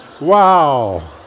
Wow